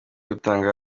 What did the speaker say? rutanga